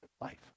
life